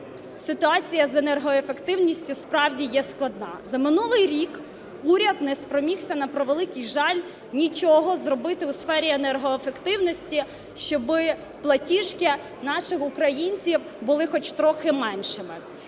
ситуація з енергоефективністю справді є складна. За минулий рік уряд не спромігся, на превеликий жаль, нічого зробити у сфері енергоефективності, щоб платіжки наших українців були хоч трохи меншими.